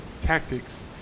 tactics